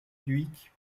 dhuicq